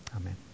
Amen